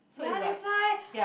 so is like ya